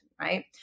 right